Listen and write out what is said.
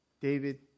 David